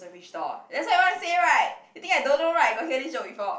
the fridge door ah that's what you want to say right you think I don't know right got hear this joke before